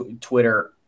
Twitter